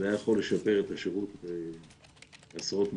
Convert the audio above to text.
זה היה יכול לשפר את השירות בעשרות מונים,